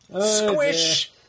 squish